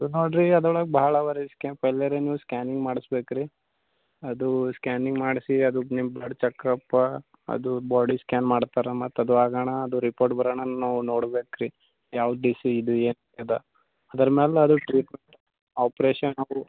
ನೋಡಿ ರೀ ಅದ್ರೊಳಗೆ ಭಾಳ ಇಲ್ಲರೆ ನೀವು ಸ್ಕ್ಯಾನಿಂಗ್ ಮಾಡ್ಸ್ಬೇಕು ರೀ ಅದು ಸ್ಕ್ಯಾನಿಂಗ್ ಮಾಡಿಸಿ ಅದು ನೀವು ಬ್ಲಡ್ ಚೆಕಪ್ಪಾ ಅದು ಬಾಡಿ ಸ್ಕ್ಯಾನ್ ಮಾಡ್ತಾರೆ ಮತ್ತು ಅದು ಆಗಾಣ ಅದು ರಿಪೋರ್ಟ್ ಬರಾಣನ್ ನಾವು ನೋಡ್ಬೇಕು ರೀ ಯಾವ ಡಿಸೀ ಇದು ಅದಾ ಅದರ ಮ್ಯಾಲೆ ಟ್ರೀಟ್ಮೆಂಟ ಆಪ್ರೇಷನ್ ನಾವೂ